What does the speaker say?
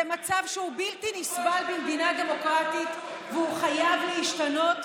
זה מצב שהוא בלתי נסבל במדינה דמוקרטית והוא חייב להשתנות,